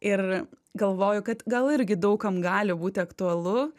ir galvoju kad gal irgi daug kam gali būti aktualu